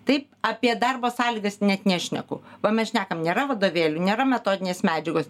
taip apie darbo sąlygas net nešneku o mes šnekame nėra vadovėlių nėra metodinės medžiagos